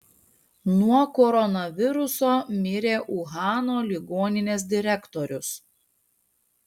nuo koronaviruso mirė uhano ligoninės direktorius